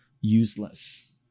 useless